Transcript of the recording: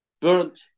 burnt